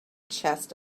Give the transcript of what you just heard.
chest